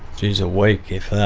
geez, a week, if that.